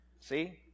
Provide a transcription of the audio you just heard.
See